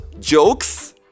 jokes